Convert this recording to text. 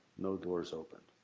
no doors opened.